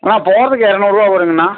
ஆ போகிறதுக்கு இரநூறுவா வருங்கண்ணா